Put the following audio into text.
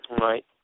Right